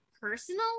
personal